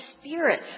Spirit